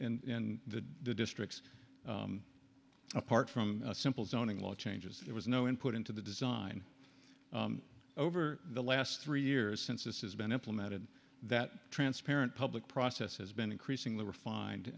in in the districts apart from simple zoning law changes there was no input into the design over the last three years since this has been implemented that transparent public process has been increasingly refined